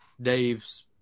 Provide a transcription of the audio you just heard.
dave's